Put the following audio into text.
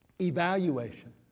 Evaluation